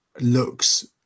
looks